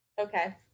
Okay